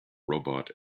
robot